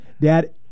Dad